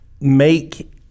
make